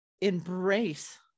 embrace